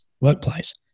workplace